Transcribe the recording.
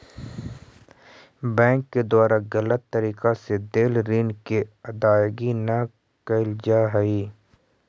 bank के द्वारा गलत तरीका से देल ऋण के अदायगी न कैल जा हइ